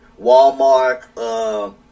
Walmart